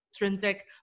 intrinsic